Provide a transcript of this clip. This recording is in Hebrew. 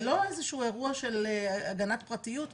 זה לא איזה שהוא אירוע של הגנת פרטיות פה.